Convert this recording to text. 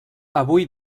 avui